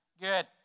good